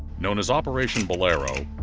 known as operation bolero,